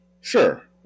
Sure